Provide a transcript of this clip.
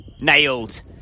nailed